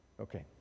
Okay